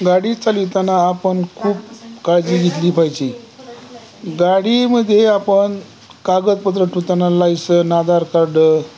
गाडी चालविताना आपण खूप काळजी घेतली पाहिजे गाडीमध्ये आपण कागदपत्र ठेवताना लायसन आधार कार्ड